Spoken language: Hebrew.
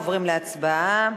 עוברים להצבעה.